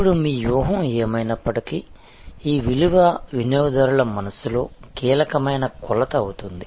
ఇప్పుడు మీ వ్యూహం ఏమైనప్పటికీ ఈ విలువ వినియోగదారుల మనస్సులో కీలకమైన కొలత అవుతుంది